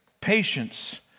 patience